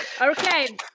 Okay